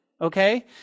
Okay